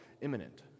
imminent